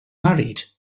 married